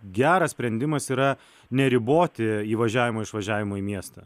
geras sprendimas yra neriboti įvažiavimo išvažiavimo į miestą